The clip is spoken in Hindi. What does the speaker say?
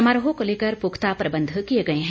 समारोह को लेकर पुख्ता प्रबंध किए गए हैं